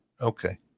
Okay